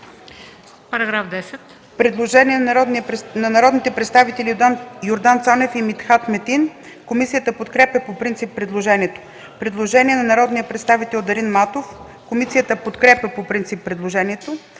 ЧАЛЪКОВА: Предложение на народните представители Йордан Цонев и Митхат Метин. Комисията подкрепя по принцип предложението. Предложение на народния представител Дарин Матов. Комисията подкрепя по принцип предложението.